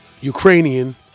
Ukrainian